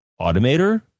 automator